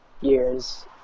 years